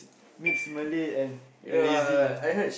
mix Malay and and lazy